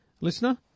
listener